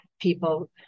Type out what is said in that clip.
people